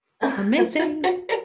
Amazing